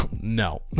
no